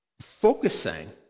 focusing